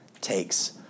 takes